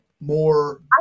more